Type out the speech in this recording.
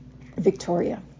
Victoria